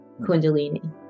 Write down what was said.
Kundalini